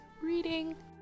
reading